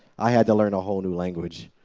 i had to learn a whole new language.